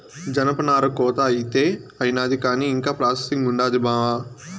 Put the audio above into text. జనపనార కోత అయితే అయినాది కానీ ఇంకా ప్రాసెసింగ్ ఉండాది బావా